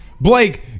Blake